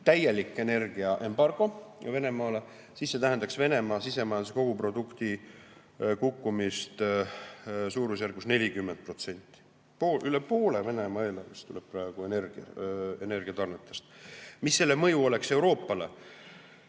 täielik energiaembargo Venemaale, siis see tähendaks Venemaa sisemajanduse koguprodukti kukkumist suurusjärgus 40%. Üle poole Venemaa eelarvest tuleb energiatarnetest. Mis oleks selle mõju Euroopale?